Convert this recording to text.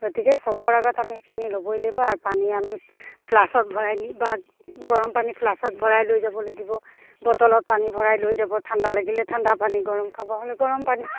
গতিকে চবৰ আগত আমি সেইখিনি ল'বই লাগিব আৰু পানী আমি ফ্লাক্সত ভৰাই নি বা গৰমপানী ফ্লাক্সত ভৰাই লৈ যাব লাগিব বটলত পানী ভৰাই লৈ যাব ঠাণ্ডা লাগিলে ঠাণ্ডাপানী গৰম খাব হ'লে গৰমপানী